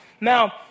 Now